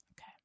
Okay